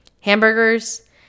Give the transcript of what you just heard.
hamburgers